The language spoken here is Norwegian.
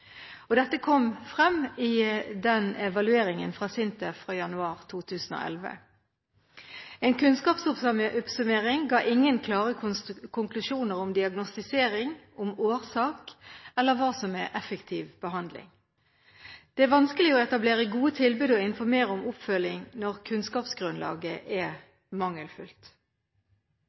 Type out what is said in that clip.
forbedringspotensial. Dette kom frem i evalueringen fra SINTEF fra januar 2011. En kunnskapsoppsummering ga ingen klare konklusjoner om diagnostisering, om årsak eller om hva som er effektiv behandling. Det er vanskelig å etablere gode tilbud og informere om oppfølging når kunnskapsgrunnlaget er mangelfullt.